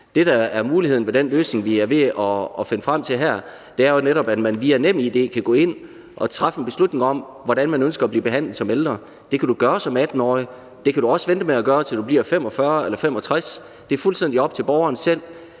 Det, der er muligheden med den løsning, vi er ved at finde frem til her, er jo netop, at man via NemID kan gå ind og træffe en beslutning om, hvordan man ønsker at blive behandlet som ældre. Det kan du gøre som 18-årig, og det kan du også vente med at gøre, til du bliver 45 år eller 65 år. Det er fuldstændig op til borgeren selv.